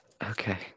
Okay